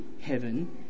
heaven